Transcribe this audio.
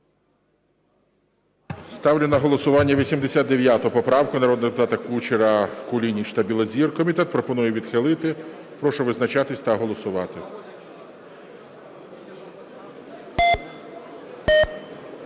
Ставлю на голосування 89 поправку народних депутатів Кучера, Кулініча та Білозір. Комітет пропонує відхилити. Прошу визначатись та голосувати.